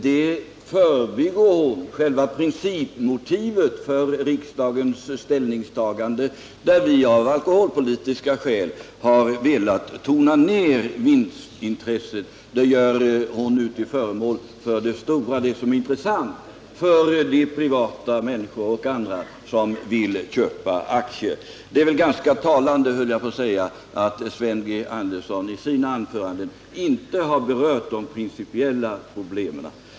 Detta är ju själva principmotivet för vårt ställningstagande. Hon gör nu vinstintresset, som vi av alkoholpolitiska skäl har velat tona ner, till det stora och intressanta för de privatpersoner och andra som vill köpa aktier. Samtidigt är det väl ganska talande, höll jag på att säga, att Sven G. Andersson i sina anföranden inte alls har berört de principiella problemen.